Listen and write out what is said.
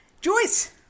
Joyce